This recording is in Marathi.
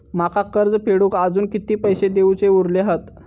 माका कर्ज फेडूक आजुन किती पैशे देऊचे उरले हत?